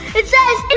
it says,